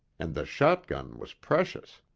and the shotgun was precious.